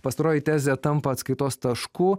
pastaroji tezė tampa atskaitos tašku